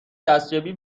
دستیابی